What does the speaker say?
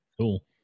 cool